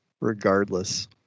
Regardless